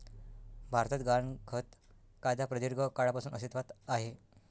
भारतात गहाणखत कायदा प्रदीर्घ काळापासून अस्तित्वात आहे